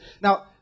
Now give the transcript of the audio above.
Now